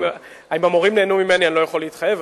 אם המורים נהנו ממני אני לא יכול להתחייב.